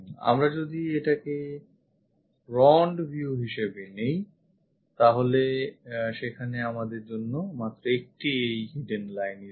আমরা যদি এটাকে front view হিসেবে নিই তাহলে সেখানে আমাদের জন্য মাত্র একটি লুকোনো lineই আছে